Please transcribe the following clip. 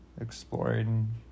exploring